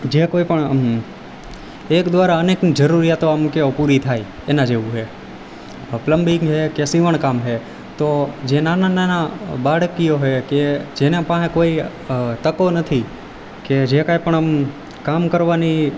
જે કોઈપણ આમ એક દ્વારા અનેકની જરૂરીયાતો આમ કેવો પૂરી થાય એના જેવું છે હવે પ્લમ્બિંગ છે કે સીવણ કામ છે તો જે નાના નાના બાળકીઓ છે કે જેના પાસે કોઈ તકો નથી કે જે કંઈપણ આમ કામ કરવાની